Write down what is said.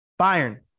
Bayern